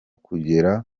kugera